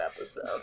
episode